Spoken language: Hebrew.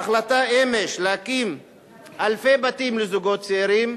ההחלטה אמש להקים אלפי בתים לזוגות צעירים,